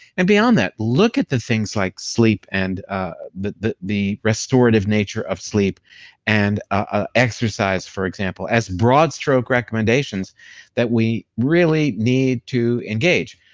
and beyond that, look at the things like sleep and the the restorative nature of sleep and ah exercise, for example, as broad stroke recommendations that we really need to engage.